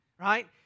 right